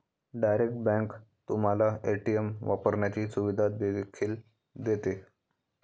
direct bank तुम्हाला ATM वापरण्याची सुविधा देखील देते